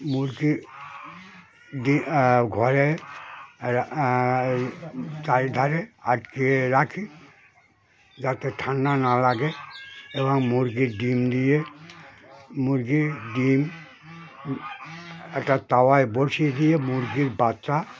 মুরগি ঘরে চারিধারে আটকে রাখি যাতে ঠান্ডা না লাগে এবং মুরগির ডিম দিয়ে মুরগির ডিম একটা তাওয়ায় বসিয়ে দিয়ে মুরগির বাচ্চা